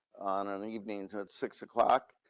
on an evening at six o'clock.